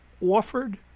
offered